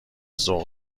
ذوق